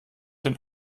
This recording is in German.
den